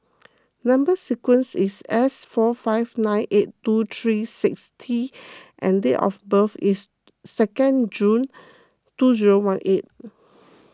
Number Sequence is S four five nine eight two three six T and date of birth is second June two zero one eight